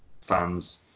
fans